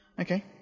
Okay